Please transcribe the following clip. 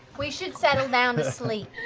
we should settle down to sleep.